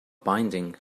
binding